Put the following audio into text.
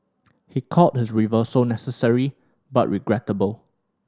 he called his reversal necessary but regrettable